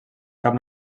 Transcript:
cap